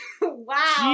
Wow